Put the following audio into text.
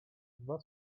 dwa